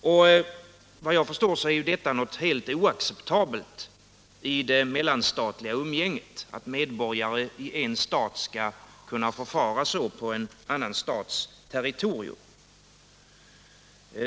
Såvitt jag förstår är det något helt oacceptabelt i det mellanstatliga umgänget att medborgare i en stat skall kunna förfara så på en annan stats territorium.